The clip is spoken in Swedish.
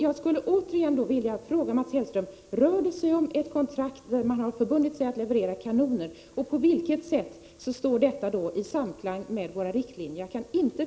Jag skulle återigen vilja fråga Mats Hellström: Rör det sig om ett kontrakt där man förbundit sig att leverera kanoner, och på vilket sätt står detta i samklang med riktlinjerna för vapenexporten?